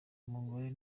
umugore